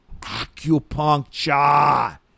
Acupuncture